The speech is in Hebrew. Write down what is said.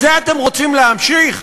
את זה אתם רוצים להמשיך?